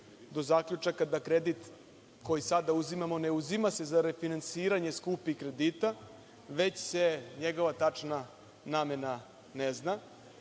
do zaključaka da kredit koji sada uzimamo ne uzima se za refinansiranje skupih kredita, već se njegova tačna namena ne zna.